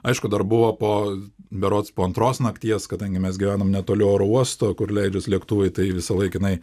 aišku dar buvo po berods po antros nakties kadangi mes gyvenam netoli oro uosto kur leidžiasi lėktuvai tai visąlaik inai